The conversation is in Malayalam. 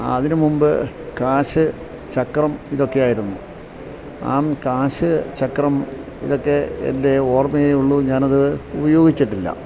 അതിനുമുമ്പ് കാശ് ചക്രം ഇതൊക്കെയായിരുന്നു ആ കാശ് ചക്രം ഇതൊക്കെ എൻ്റെ ഓർമ്മയേ ഉള്ളൂ ഞാനത് ഉപയോഗിച്ചിട്ടില്ല